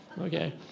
Okay